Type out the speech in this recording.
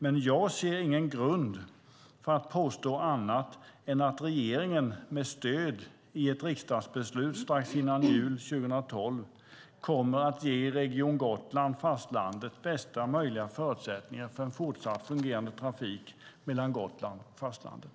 Men jag ser ingen grund för att påstå annat än att regeringen med stöd i ett riksdagsbeslut strax före jul 2012 kommer att ge Region Gotland och fastlandet bästa möjliga förutsättningar för en fortsatt fungerande trafik mellan Gotland och fastlandet.